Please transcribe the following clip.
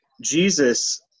Jesus